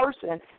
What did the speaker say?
person